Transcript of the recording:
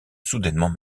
soudainement